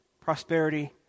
prosperity